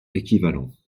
équivalent